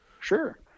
Sure